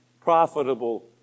profitable